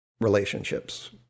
relationships